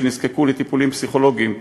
שנזקקו לטיפולים פסיכולוגיים,